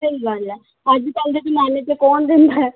ਸਹੀ ਗੱਲ ਹੈ ਅੱਜ ਕੱਲ੍ਹ ਦੇ ਜਮਾਨੇ 'ਚ ਕੌਣ ਦਿੰਦਾ